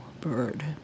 bird